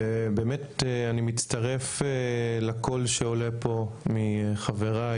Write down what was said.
ובאמת אני מצטרף לקול שעולה פה מחבריי,